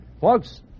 Folks